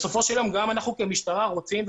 בסופו של יום גם אנחנו כמשטרה רוצים,